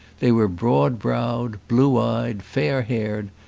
they were broad browed, blue eyed, fair haired,